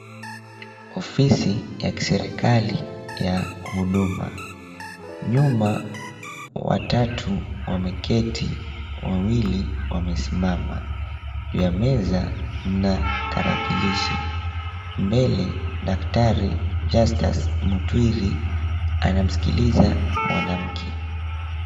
Ofisi ya kiserikali ya huduma. Nyuma watatu wameketi, wawili wamesimama. Juu ya meza mna tarakilishi. Mbele daktari, Justus Mutwiri, anamsikiliza mwanamke.